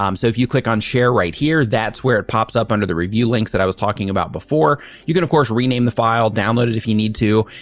um so if you click on share right here, that's where it pops up under the review links that i was talking about before. you can of course rename the file, download it if you need to,